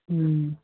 ਹਮ